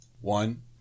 One